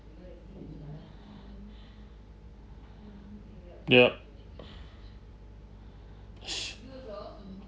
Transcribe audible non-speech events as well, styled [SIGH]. yup [BREATH]